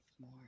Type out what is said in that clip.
more